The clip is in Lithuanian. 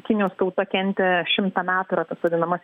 kinijos tauta kentė šimtą metų yra tas vadinamas